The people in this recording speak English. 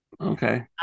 Okay